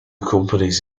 companies